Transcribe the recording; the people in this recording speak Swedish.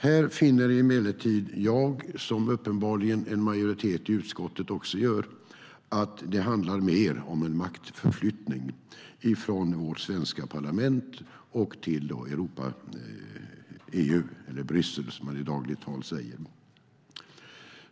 Här finner jag emellertid, vilket uppenbarligen en majoritet i utskottet också gör, att det handlar mer om en maktförflyttning från vårt svenska parlament till EU - eller Bryssel, som man i dagligt tal säger.